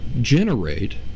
generate